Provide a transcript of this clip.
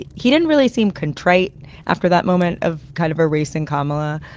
he he didn't really seem contrite after that moment of kind of a racing carmilla.